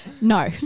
No